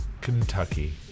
kentucky